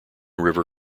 river